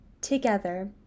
Together